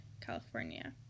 California